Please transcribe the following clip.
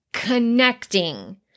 connecting